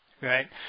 Right